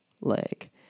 leg